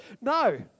No